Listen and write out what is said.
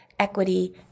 equity